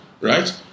right